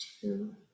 two